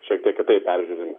šiek tiek kitaip peržiūrimi